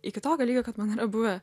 iki tokio lygio kad man yra buvę